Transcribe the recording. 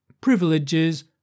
privileges